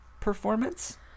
performance